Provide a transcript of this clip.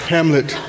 Hamlet